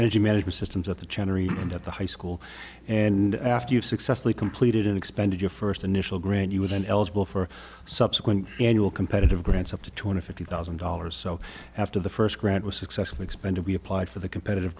rgy management systems at the general and at the high school and after you successfully completed an expanded your first initial grant you would then eligible for subsequent annual competitive grants up to two hundred fifty thousand dollars so after the first grant was successful expand to be applied for the competitive